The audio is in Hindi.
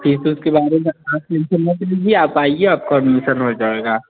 फिर उस के बारे में आप टेंसन मत लीजिए आप आइए आपको एडमिशन हो जाएगा